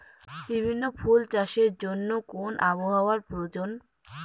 বিভিন্ন ফুল চাষের জন্য কোন আবহাওয়ার প্রয়োজন?